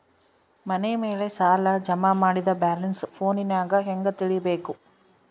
ಮನೆ ಸಾಲ ಜಮಾ ಮಾಡಿದ ಬ್ಯಾಲೆನ್ಸ್ ಫೋನಿನಾಗ ಹೆಂಗ ತಿಳೇಬೇಕು?